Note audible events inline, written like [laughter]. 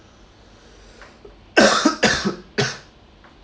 [coughs]